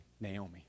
Naomi